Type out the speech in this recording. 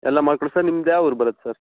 ಎಲ್ಲ ಮಾಡ್ಕೊಡಣ ಸರ್ ನಿಮ್ದು ಯಾವ ಊರು ಬರತ್ತೆ ಸರ್